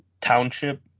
township